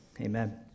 Amen